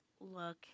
look